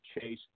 Chase